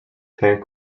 tank